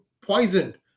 poisoned